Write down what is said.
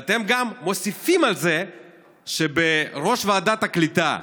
ואתם גם מוסיפים על זה שבראש ועדת הקליטה,